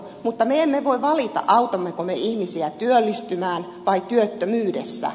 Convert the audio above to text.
mutta me emme voi valita autammeko me ihmisiä työllistymään vai työttömyydessä